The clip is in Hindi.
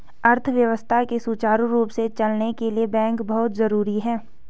अर्थव्यवस्था के सुचारु रूप से चलने के लिए बैंक बहुत जरुरी हैं